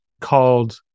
called